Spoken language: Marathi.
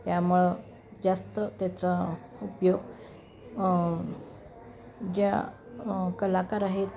त्यामुळे जास्त त्याचा उपयोग ज्या कलाकार आहेत